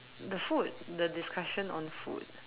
the food the discussion on food